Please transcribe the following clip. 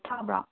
ꯇꯥꯕ꯭ꯔꯣ